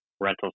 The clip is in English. rental